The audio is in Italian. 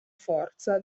forza